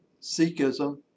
Sikhism